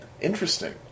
Interesting